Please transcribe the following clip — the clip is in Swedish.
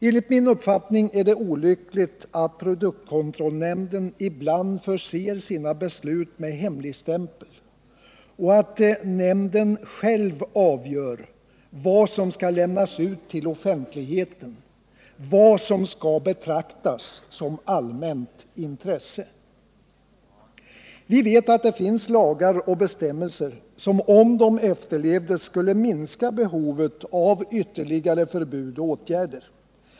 Enligt min uppfattning är det olyckligt att produktkontrollnämnden ibland förser sina beslut med hemligstämpel och att nämnden själv avgör vad som skall lämnas ut till offentligheten — vad som skall betecknas såsom allmänt intresse. Vi vet att det finns lagar och bestämmelser som om de efterlevdes skulle minska behovet av ytterligare förbud och åtgärder.